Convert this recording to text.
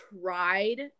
tried